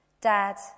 Dad